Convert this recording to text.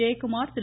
Jayakumar Thiru